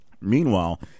Meanwhile